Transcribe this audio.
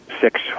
six